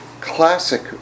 classic